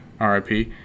RIP